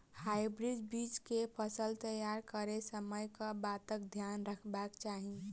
Hybrid बीज केँ फसल तैयार करैत समय कऽ बातक ध्यान रखबाक चाहि?